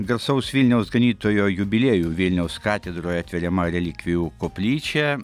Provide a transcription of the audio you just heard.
garsaus vilniaus ganytojo jubiliejų vilniaus katedroje atveriama relikvijų koplyčia